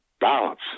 balance